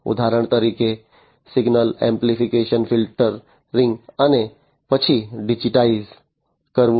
ઉદાહરણ તરીકે સિગ્નલોનું એમ્પ્લીફિકેશન ફિલ્ટરિંગ અને પછી ડિજિટાઇઝ કરવું